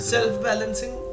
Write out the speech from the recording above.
Self-Balancing